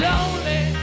Lonely